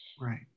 right